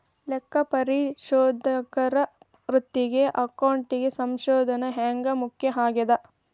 ಲೆಕ್ಕಪರಿಶೋಧಕರ ವೃತ್ತಿಗೆ ಅಕೌಂಟಿಂಗ್ ಸಂಶೋಧನ ಹ್ಯಾಂಗ್ ಮುಖ್ಯ ಆಗೇದ?